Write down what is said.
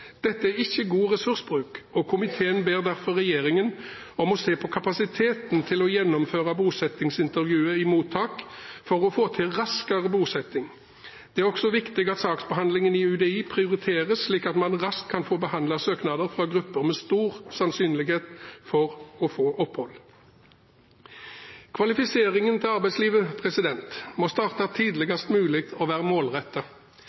Dette er ikke god ressursbruk, og komiteen ber derfor regjeringen om å se på kapasiteten til å gjennomføre bosettingsintervjuet i mottak for å få til raskere bosetting. Det er også viktig at saksbehandlingen i UDI prioriteres, slik at man raskt kan få behandlet søknader fra grupper med stor sannsynlighet for å få opphold. Kvalifiseringen til arbeidslivet må starte tidligst mulig og være målrettet.